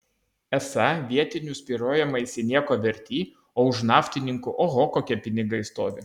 esą vietinių spyriojimaisi nieko verti o už naftininkų oho kokie pinigai stovi